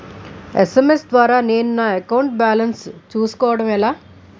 SMS ద్వారా నేను నా అకౌంట్ బాలన్స్ చూసుకోవడం ఎలా?